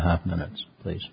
half minutes please